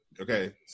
Okay